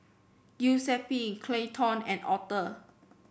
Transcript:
Giuseppe Clayton and Arthor